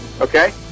Okay